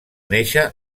néixer